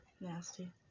Nasty